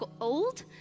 old